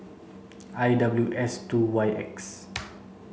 I W S two Y X